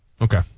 Okay